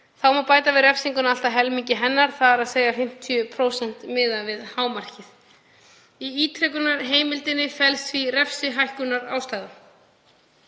Þá má bæta við refsingu allt að helmingi hennar, þ.e. 50% miðað við hámarkið. Í ítrekunarheimildinni felst því refsihækkunarástæða.